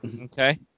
Okay